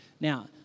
Now